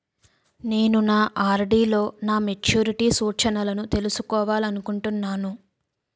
నేను నా ఆర్.డి లో నా మెచ్యూరిటీ సూచనలను తెలుసుకోవాలనుకుంటున్నాను